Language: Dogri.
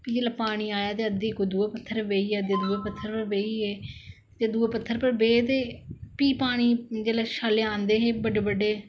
जिसले पानी आया ते अद्धी दुऐ पत्थर उपर बेही गे अद्धे दुए पत्थर उपर बेही गे फ्ही पानी जिसलै छल्ले आंदे हे बडे़ बडे़